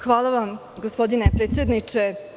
Hvala vam, gospodine predsedniče.